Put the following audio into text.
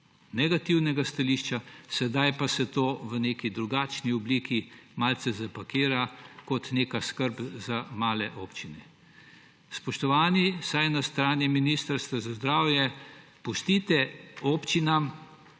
negativna stališča, sedaj pa se to v neki drugačni obliki malce zapakira kot neka skrb za male občine. Spoštovani, vsaj na strani Ministrstva za zdravje pustite občinam